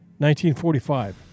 1945